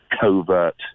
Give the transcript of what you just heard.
covert